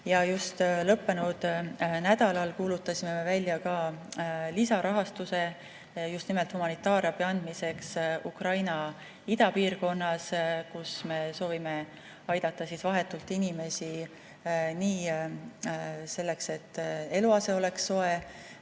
Ja lõppenud nädalal kuulutasime välja ka lisarahastuse just nimelt humanitaarabi andmiseks Ukraina idapiirkonnas, kus me soovime aidata vahetult inimesi selleks, et eluase oleks soe,